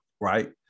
right